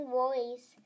voice